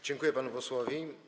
Dziękuję panu posłowi.